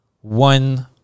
one